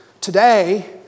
today